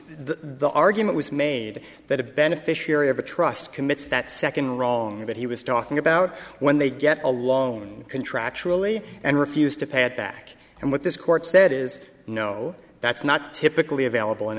the argument was made that a beneficiary of a trust commits that second wrong that he was talking about when they get along contractually and refused to pay it back and what this court said is no that's not typically available